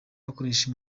bakoresha